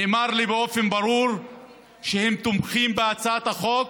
נאמר לי באופן ברור שהם תומכים בהצעת החוק,